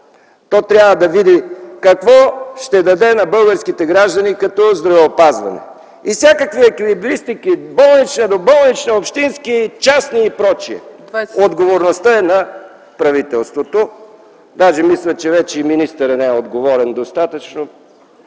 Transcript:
То трябва да види какво ще даде на българските граждани като здравеопазване и всякакви еквилибристики – болнична, доболнична, общински, частни и прочее. Отговорността е на правителството. Мисля, че вече и министърът не е достатъчно